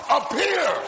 appear